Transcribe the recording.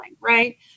right